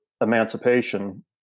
emancipation